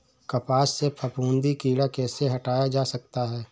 कपास से फफूंदी कीड़ा कैसे हटाया जा सकता है?